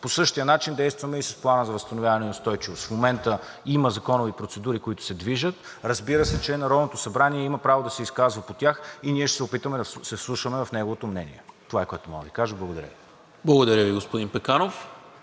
По същия начин действаме и с Плана за възстановяване и устойчивост. В момента има законови процедури, които се движат. Разбира се, че Народното събрание има право да се изказва по тях и ние ще се опитаме да се вслушаме в неговото мнение. Това мога да Ви кажа. Благодаря. ПРЕДСЕДАТЕЛ НИКОЛА МИНЧЕВ: Благодаря Ви, господин Пеканов.